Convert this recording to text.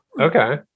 Okay